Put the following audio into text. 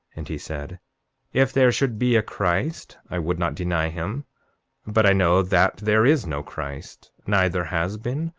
and he said if there should be a christ, i would not deny him but i know that there is no christ, neither has been,